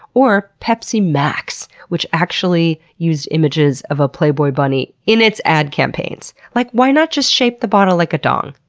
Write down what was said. or pepsi max, which actually used images of a playboy bunny in its ad campaigns. like why not just shape the bottle like a dong?